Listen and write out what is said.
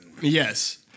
Yes